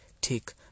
take